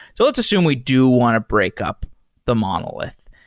so let's assume we do want to break up the monolith.